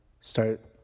Start